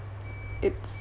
it's